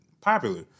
popular